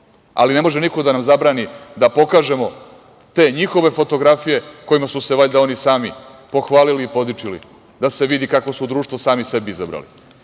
ali ne može niko da nam zabrani da pokažemo te njihove fotografije kojima su se oni sami pohvalili, podičili, da se vidi kakvo su društvo sami sebi izabrali.